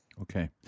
Okay